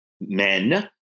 men